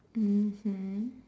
mmhmm